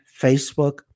Facebook